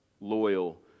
loyal